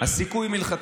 אם לא יותר.